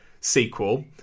sequel